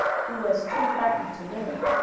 who was too frightened to move.